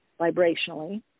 vibrationally